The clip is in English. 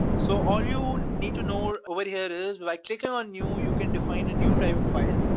so all you need to know over here is by clicking on new you can define a new type of file.